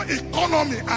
economy